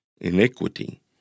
iniquity